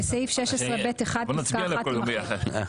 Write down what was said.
בסעיף 16(ב1) פסקה (1) תימחק.